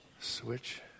switch